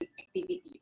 activity